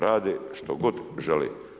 Rade što god žele.